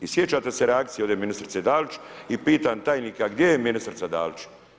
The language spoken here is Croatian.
I sjećate se reakcije ovdje ministrice Dalić i pitam tajnika gdje je ministrica Dalić?